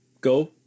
go